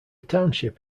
township